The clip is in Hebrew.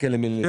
שקל למיליליטר.